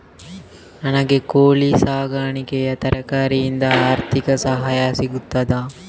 ನನಗೆ ಕೋಳಿ ಸಾಕಾಣಿಕೆಗೆ ಸರಕಾರದಿಂದ ಆರ್ಥಿಕ ಸಹಾಯ ಸಿಗುತ್ತದಾ?